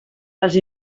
els